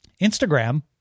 Instagram